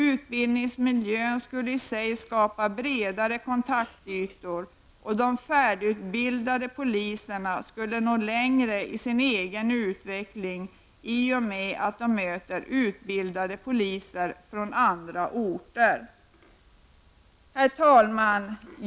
Utbildningsmiljön skulle i sig skapa bredare kontaktytor, och de färdigutbildade poliserna skulle nå längre i sin egen utveckling i och med att de sedan möter poliser utbildade på andra orter. Herr talman!